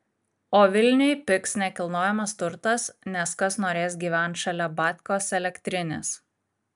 o vilniuj pigs nekilnojamas turtas nes kas norės gyvent šalia batkos elektrinės